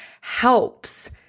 helps